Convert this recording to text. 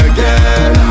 Again